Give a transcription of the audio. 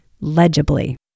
legibly